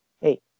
hey